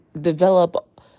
develop